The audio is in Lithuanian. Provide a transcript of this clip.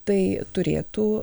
tai turėtų